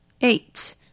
Eight